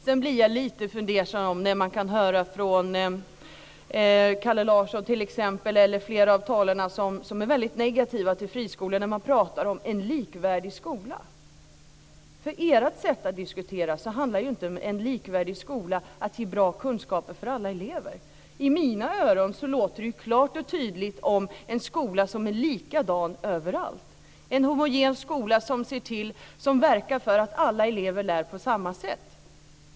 Sedan blir jag lite fundersam när jag hör t.ex. Kalle Larsson och andra talare som är mycket negativa till friskolor och som talar om en likvärdig skola. Enligt deras sätt att diskutera handlar det ju inte om en likvärdig skola och om att ge bra kunskaper till alla elever. I mina öron låter det klart och tydligt som en skola som är likadan överallt, en homogen skola som verkar för att alla elever lär på samma sätt.